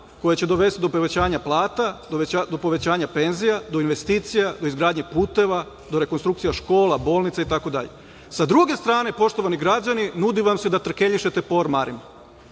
koje će dovesti do povećanja plata, do povećanja penzija, do investicija, do izgradnje puteva, do rekonstrukcija škola, bolnica itd. Sa druge strane, poštovani građani, nudi vam se da trkeljišete po ormanima